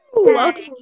Welcome